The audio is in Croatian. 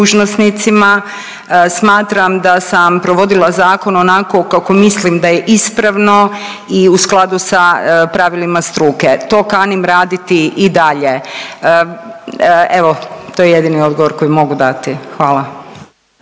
Smatram da sam provodila zakon onako kako mislim da je ispravno i u skladu sa pravilima struke. To kanim raditi i dalje. Evo to je jedini odgovor koji mogu dati. Hvala.